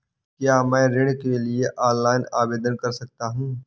क्या मैं ऋण के लिए ऑनलाइन आवेदन कर सकता हूँ?